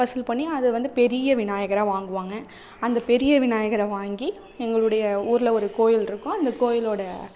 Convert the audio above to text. வசூல் பண்ணி அது வந்து பெரிய விநாயகராக வாங்குவாங்க அந்த பெரிய விநாயகரை வாங்கி எங்களுடைய ஊரில் ஒரு கோயில் இருக்கும் அந்த கோயிலோட